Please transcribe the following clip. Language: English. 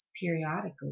periodically